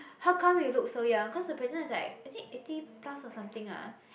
how come you look so young cause the president is like I think eighty plus or something ah